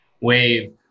wave